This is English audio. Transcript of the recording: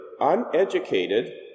uneducated